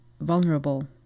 vulnerable